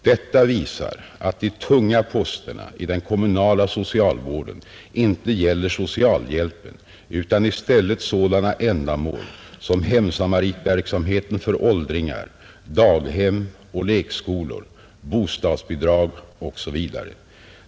Detta visar att de tunga posterna i den kommunala socialvården inte gäller socialhjälpen utan i stället sådana ändamål som hemsamaritverksamheten för åldringar, daghem och lekskolor, bostadsbidrag osv.